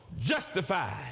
justified